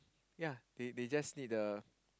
yea they they just need the